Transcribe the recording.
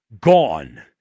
gone